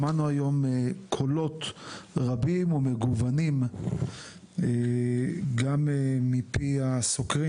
שמענו היום קולות רבים ומגוונים גם מפי הסוקרים